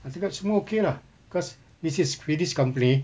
tapi kan semua okay lah cause this is swedish company